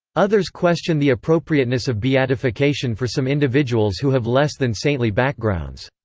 others question the appropriateness of beatification for some individuals who have less than saintly backgrounds.